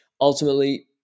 Ultimately